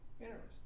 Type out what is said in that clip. Interesting